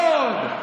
לא עוד.